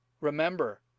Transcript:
remember